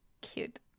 Cute